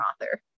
author